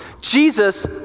Jesus